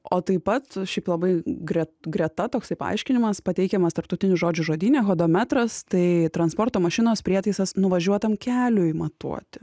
o taip pat šiaip labai gret greta toksai paaiškinimas pateikiamas tarptautinių žodžių žodyne hodometras tai transporto mašinos prietaisas nuvažiuotam keliui matuoti